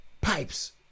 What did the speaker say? pipes